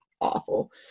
awful